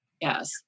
Yes